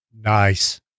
Nice